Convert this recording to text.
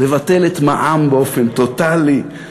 לבטל את המע"מ באופן טוטלי,